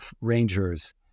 rangers